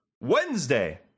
Wednesday